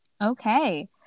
Okay